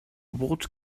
what